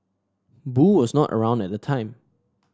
boo was not around at the time